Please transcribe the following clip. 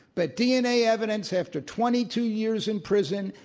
but dna evidence, after twenty two years in prison,